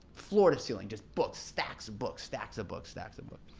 floor to ceiling, just books, stacks of books, stacks of books, stacks of books.